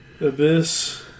Abyss